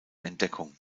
entdeckung